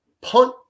punt